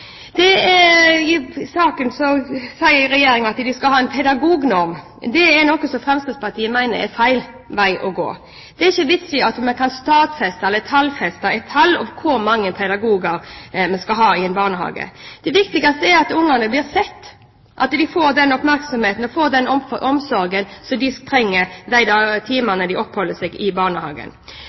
I saken sier Regjeringen at de skal ha en pedagognorm. Det mener Fremskrittspartiet er feil vei å gå. Det er ingen vits i å stadfeste eller tallfeste hvor mange pedagoger man skal ha i en barnehage. Det viktigste er at barna blir sett, og at de får den oppmerksomheten og omsorgen de trenger de timene de oppholder seg i barnehagen.